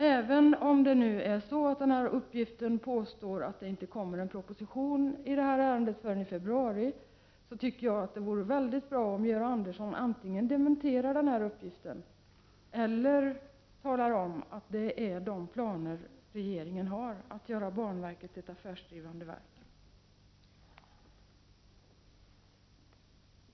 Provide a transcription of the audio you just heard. Även om det enligt nämnda uppgifter inte kommer någon proposition i ärendet förrän i februari vore det mycket bra om Georg Andersson antingen dementerade uppgifterna eller också talade om att det är sådana här planer som regeringen har, dvs. att man vill göra banverket till ett affärsdrivande verk.